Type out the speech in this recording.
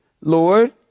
Lord